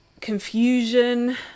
confusion